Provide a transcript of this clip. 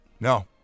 No